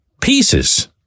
pieces